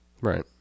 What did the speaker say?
Right